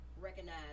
recognize